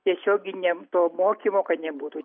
tiesioginiam to mokymo kad nebūtų